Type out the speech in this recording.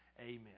amen